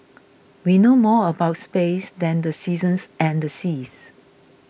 we know more about space than the seasons and the seas